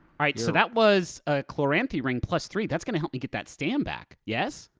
alright, so that was a chloranthy ring, plus three. that's gonna help me get that stam back, yes?